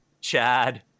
Chad